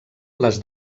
les